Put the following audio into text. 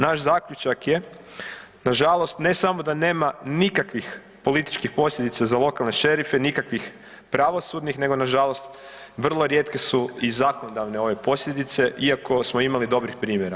Naš zaključak je, nažalost ne samo da nema nikakvih političkih posljedica za lokalne šerife, nikakvih pravosudnih nego nažalost vrlo rijetke su i zakonodavne ove posljedice iako smo imali dobrih primjera.